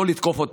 לא לתקוף אותה.